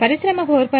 పరిశ్రమ 4